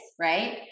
right